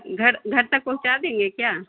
घर घर तक पहुँचा देंगे क्या